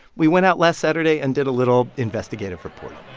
we went out last saturday and did a little investigative reporting